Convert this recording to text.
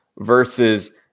versus